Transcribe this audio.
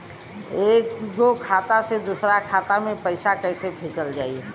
एगो खाता से दूसरा खाता मे पैसा कइसे भेजल जाई?